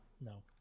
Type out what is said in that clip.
No